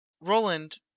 Roland